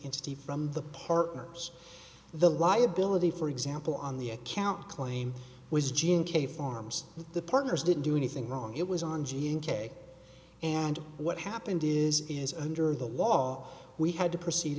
entity from the partners the liability for example on the account claim was gene k farms the partners didn't do anything wrong it was on g m k and what happened is is under the law we had to proceed